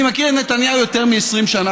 אני מכיר את נתניהו יותר מ-20 שנה,